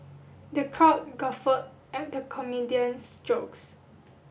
the crowd guffawed at the comedian's jokes